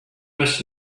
must